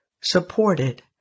supported